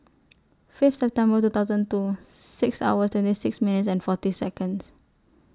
Fifth September two thousand two six hour twenty six minutes and fourteen Seconds